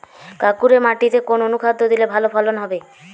কাঁকুরে মাটিতে কোন অনুখাদ্য দিলে ভালো ফলন হবে?